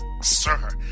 sir